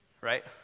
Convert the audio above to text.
right